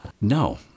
No